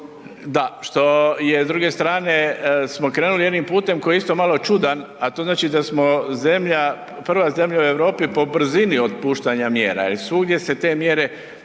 da, što je s druge strane smo krenuli jednim putem koji je isto malo čudan a to znači da smo zemlja, prva zemlja u Europi po brzini otpuštanja mjera jer svugdje se te mjere